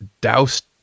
doused